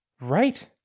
Right